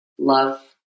love